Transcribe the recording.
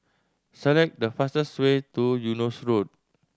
select the fastest way to Eunos Road